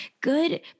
good